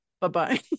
bye-bye